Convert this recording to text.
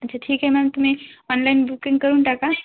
अच्छा ठीक आहे मॅम तुम्ही ऑनलाईन बुकिंग करून टाका